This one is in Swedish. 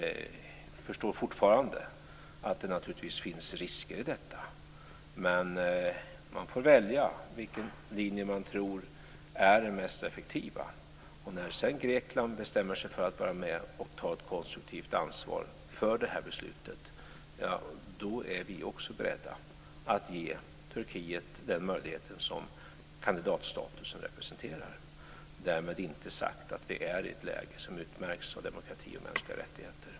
Jag förstår fortfarande att det naturligtvis finns risker i detta. Men man får välja vilken linje man tror är den mest effektiva. När Grekland bestämmer sig för att ta ett konstruktivt ansvar för beslutet, då är vi också beredda att ge Turkiet den möjlighet som kandidatstatusen representerar. Därmed inte sagt att det är ett läge som utmärks av demokrati och mänskliga rättigheter.